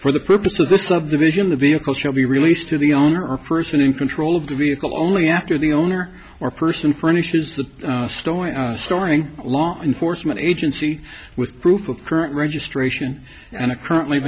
for the purpose of the subdivision of the vehicle shall be released to the owner or person in control of the vehicle only after the owner or person furnishes the store and storing a law enforcement agency with proof of current registration and a currently